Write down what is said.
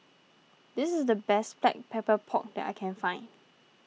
this is the best Black Pepper Pork that I can find